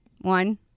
One